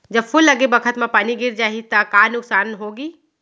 जब फूल लगे बखत म पानी गिर जाही त का नुकसान होगी?